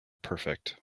perfect